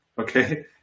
okay